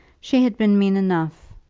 she had been mean enough,